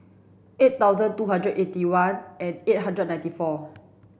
eight thousand two hundred eighty one eight eight hundred ninety four